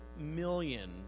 million